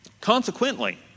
Consequently